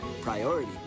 Priority